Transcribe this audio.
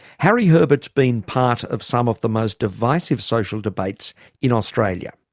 harry herbert's been part of some of the most divisive social debates in australia.